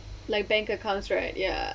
like bank accounts right ya